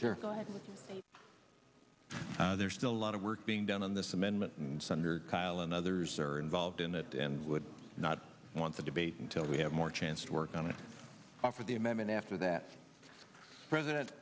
but there's still a lot of work being done on this amendment and senator kyl and others are involved in it and would not want to debate until we have more chance to work on it for the amendment after that president